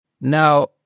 Now